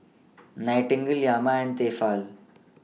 Nightingale Yamaha and Tefal